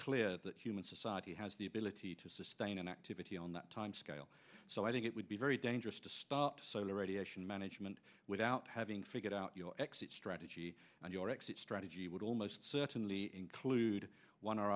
clear that human society has the ability to sustain an activity on that time scale so i think it would be very dangerous to stop solar radiation management without having figured out your exit strategy and your exit strategy would almost certainly include one or